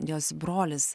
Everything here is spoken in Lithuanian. jos brolis